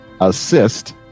assist